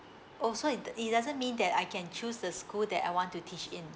oh so it it doesn't mean that I can choose the school that I want to teach in